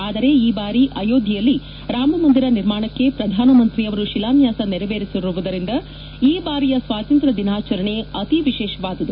ಆದರೆ ಈ ಬಾರಿ ಆಯೋಧ್ಯೆಯಲ್ಲಿ ರಾಮಮಂದಿರ ನಿರ್ಮಾಣಕ್ಕೆ ಪ್ರಧಾನಮಂತ್ರಿಯವರು ಶಿಲಾನ್ತಾಸ ನೆರವೇರಿಸಿರುವುದರಿಂದ ಈ ಬಾರಿಯ ಸ್ವಾತಂತ್ರ್ಯ ದಿನಾಚರಣೆ ಅತಿ ವಿಶೇಷವಾದುದು